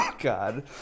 God